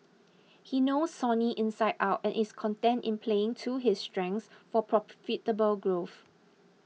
he knows Sony inside out and is content in playing to his strengths for profitable growth